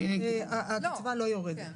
הקצבה לא יורדת.